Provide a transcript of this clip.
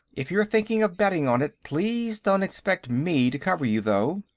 if you're thinking of betting on it, please don't expect me to cover you, though.